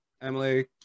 Emily